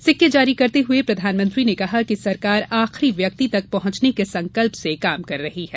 सिक्के जारी करते हुए प्रधानमंत्री ने कहा कि सरकार आखरी व्यक्ति तक पहुंचने के संकल्प से काम कर रही है